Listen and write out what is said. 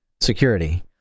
Security